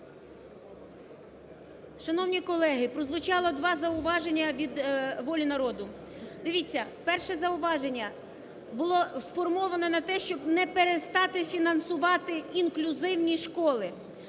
Шановні колеги, прозвучало два зауваження від "Волі народу". Дивіться, перше зауваження було сформоване на те, щоб не перестати фінансувати інклюзивні школи.